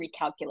recalculate